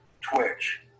Twitch